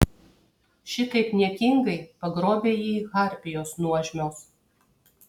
šitaip niekingai pagrobė jį harpijos nuožmios